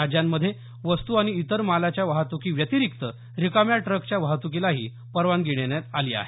राज्यांमध्ये वस्तू आणि इतर मालाच्या वाहतुकीव्यतिरिक्त रिकाम्या ट्रकच्या वाहतुकीलाही परवानगी देण्यात आली आहे